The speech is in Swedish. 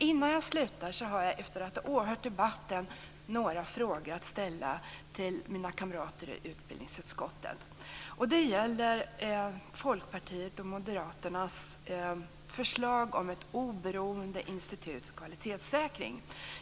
Innan jag slutar har jag, efter att ha åhört debatten, några frågor att ställa till mina kamrater i utbildningsutskottet. Det gäller Folkpartiets och Moderaternas förslag om ett oberoende institut för kvalitetssäkring.